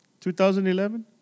2011